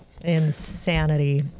Insanity